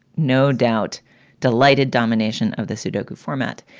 no doubt delighted domination of the sudoku format.